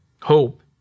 hope